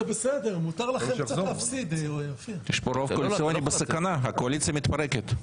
יש פה רוב קואליציוני בסכנה, הקואליציה מתפרקת.